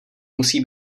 musí